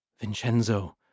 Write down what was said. Vincenzo